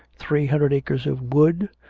three hundred acres of wood,